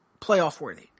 playoff-worthy